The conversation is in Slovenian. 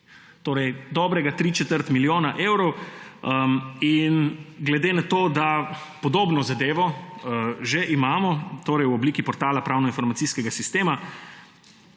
torej dobrega tri četrt milijona evrov. In glede na to, da podobno zadevo že imamo v obliki portala pravno-informacijskega sistema,